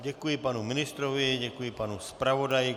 Děkuji panu ministrovi, děkuji panu zpravodaji.